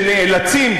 שנאלצים,